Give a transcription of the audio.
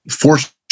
force